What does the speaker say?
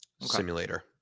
simulator